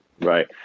right